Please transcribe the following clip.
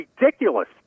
ridiculous